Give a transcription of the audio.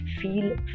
feel